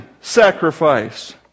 sacrifice